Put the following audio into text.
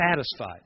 Satisfied